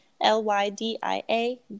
L-Y-D-I-A